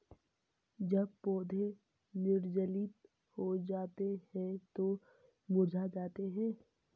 जब पौधे निर्जलित हो जाते हैं तो मुरझा जाते हैं